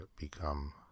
become